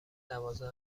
دوازده